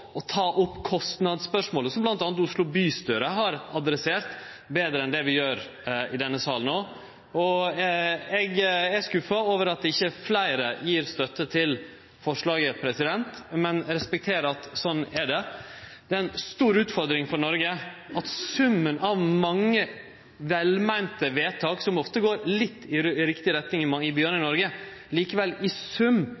å ta opp kostnadsspørsmålet, som bl.a. Oslo bystyre har adressert betre enn det vi gjer i denne salen no. Eg er skuffa over at ikkje fleire gjev støtte til forslaget, men eg respekterer at slik er det. Det er ei stor utfordring for Noreg at summen av mange velmeinte vedtak, som ofte går litt i riktig retning i byane i